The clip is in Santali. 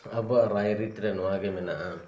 ᱟᱵᱚ ᱣᱟᱜ ᱨᱟᱭᱨᱤᱛ ᱨᱮ ᱱᱚᱣᱟ ᱜᱮ ᱢᱮᱱᱟᱜᱼᱟ